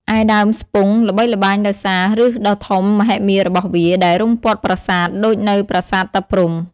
ឯដើមស្ពង់ល្បីល្បាញដោយសារ ឫសដ៏ធំមហិមារបស់វាដែលរុំព័ទ្ធប្រាសាទ ដូចនៅប្រាសាទតាព្រហ្ម។